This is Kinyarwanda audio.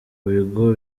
bigo